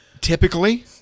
Typically